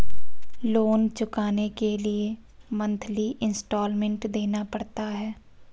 loan चुकाने के लिए मंथली इन्सटॉलमेंट देना पड़ता है